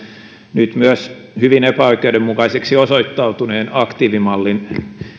nyt myös hyvin epäoikeudenmukaiseksi osoittautuneen aktiivimallin